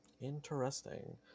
Interesting